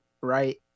right